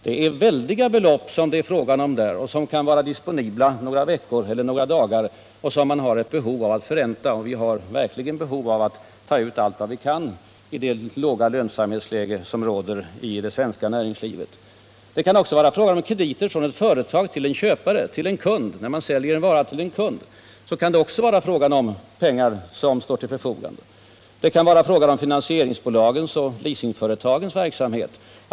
Där är det fråga om väldiga belopp, som kan vara disponibla några veckor eller några dagar och som man har ett behov av att förränta. Vi behöver verkligen ta ut allt vi kan i det hårda lönsamhetsläge som råder i det svenska näringslivet. Det kan också vara fråga om krediter från ett företag till dess kunder. Vidare kan det röra sig om finansieringsbolagens och leasingföretagens verksamhet.